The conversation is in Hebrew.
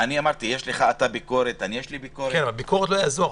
הרי לשנינו יש ביקורת --- אבל ביקורת לא תעזור,